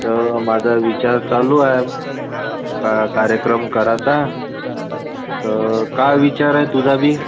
तर माझा विचार चालू आहे का कार्यक्रम करायचा तर काय विचार आहे तुझाबी